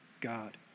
God